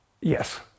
Yes